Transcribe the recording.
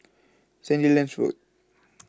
Sandilands Road